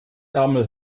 ärmel